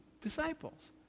disciples